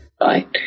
right